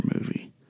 movie